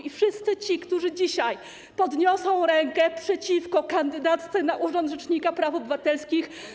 I wszyscy ci, którzy dzisiaj podniosą rękę przeciwko kandydatce na urząd rzecznika praw obywatelskich.